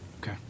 okay